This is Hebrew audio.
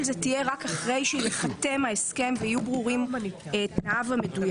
זה תהיה רק אחרי שייחתם ההסכם ויהיו ברורים תנאיו המדויקים.